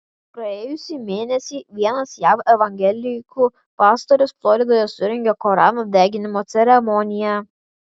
praėjusį mėnesį vienas jav evangelikų pastorius floridoje surengė korano deginimo ceremoniją